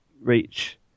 reach